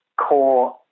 core